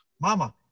Mama